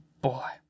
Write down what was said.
boy